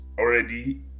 already